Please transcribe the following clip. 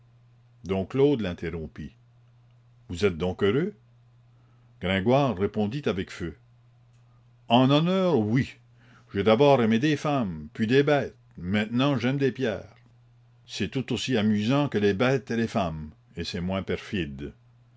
dom claude l'interrompit vous êtes donc heureux gringoire répondit avec feu en honneur oui j'ai d'abord aimé des femmes puis des bêtes maintenant j'aime des pierres c'est tout aussi amusant que les bêtes et les femmes et c'est moins perfide